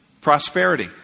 Prosperity